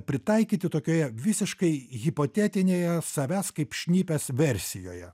pritaikyti tokioje visiškai hipotetinėje savęs kaip šnipės versijoje